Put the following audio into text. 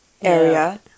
area